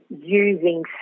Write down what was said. using